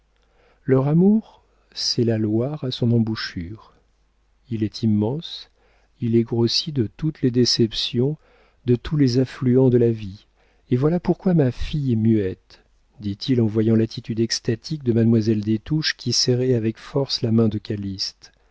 leur amour c'est la loire à son embouchure il est immense il est grossi de toutes les déceptions de tous les affluents de la vie et voilà pourquoi ma fille est muette dit-il en voyant l'attitude extatique de mademoiselle des touches qui serrait avec force la main de